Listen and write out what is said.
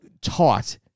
taught